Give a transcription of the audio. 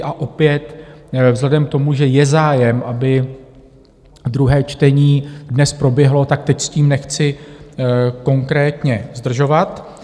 A opět vzhledem k tomu, že je zájem, aby druhé čtení dnes proběhlo, teď s tím nechci konkrétně zdržovat.